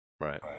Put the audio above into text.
Right